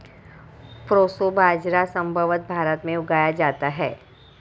proso बाजरा संभवत भारत में उगाया जाता है